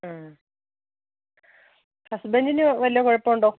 ഹസ്ബൻഡിന് വല്ല കുഴപ്പമുണ്ടോ